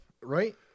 right